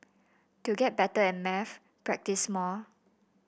to get better at maths practise more